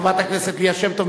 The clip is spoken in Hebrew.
חברת הכנסת ליה שמטוב,